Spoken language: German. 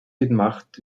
gemacht